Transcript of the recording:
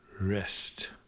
Rest